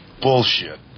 Bullshit